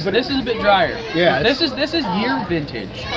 but this is a bit dryer yeah this is this is year vintage.